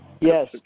Yes